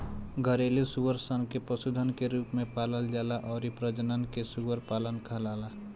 घरेलु सूअर सन के पशुधन के रूप में पालल जाला अउरी प्रजनन के सूअर पालन कहाला